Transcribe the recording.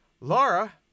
Laura